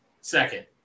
second